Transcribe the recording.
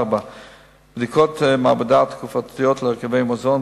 4. בדיקות מעבדה תקופתיות להרכבי מזון,